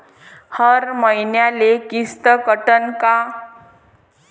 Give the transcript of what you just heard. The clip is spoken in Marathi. हर मईन्याले किस्त कटन का?